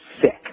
sick